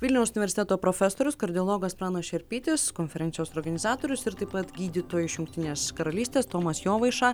vilniaus universiteto profesorius kardiologas pranas šerpytis konferencijos organizatorius ir taip pat gydytojai iš jungtinės karalystės tomas jovaiša